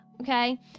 okay